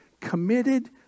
committed